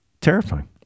terrifying